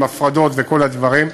עם הפרדות וכל הדברים.